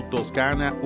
Toscana